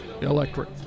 Electric